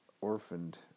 orphaned